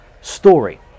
story